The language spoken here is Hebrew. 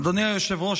אדוני היושב-ראש,